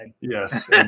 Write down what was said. Yes